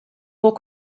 more